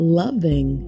loving